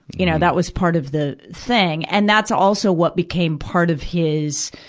you know, that was part of the thing, and that's also what became part of his,